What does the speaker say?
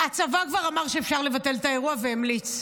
הצבא כבר אמר שאפשר לבטל את האירוע והמליץ.